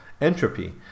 entropy